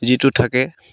যিটো থাকে